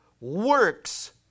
works